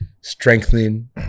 strengthening